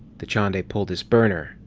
dachande pulled his burner.